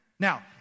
Now